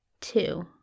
Two